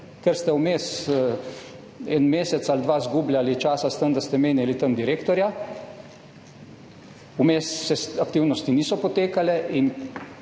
Ker ste vmes en mesec ali dva izgubljali čas s tem, da ste menjali tam direktorja, vmes aktivnosti niso potekale, in